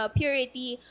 purity